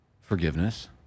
forgiveness